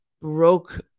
broke